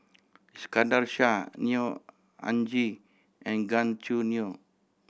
Iskandar Shah Neo Anngee and Gan Choo Neo